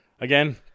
Again